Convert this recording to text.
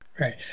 Right